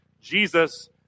Jesus